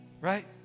Right